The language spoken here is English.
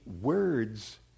words